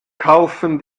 kaufen